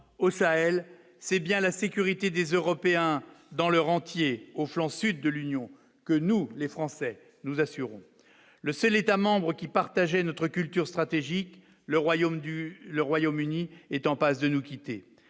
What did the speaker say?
au Sahel, c'est bien la sécurité des Européens dans leur entier au flanc sud de l'union que nous les Français nous assurons le seul État membre qui partageait notre culture stratégique, le royaume du le Royaume-Uni est en passe de nous quitter